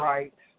Right